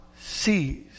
sees